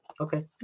Okay